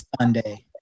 Sunday